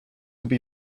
would